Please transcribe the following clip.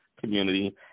community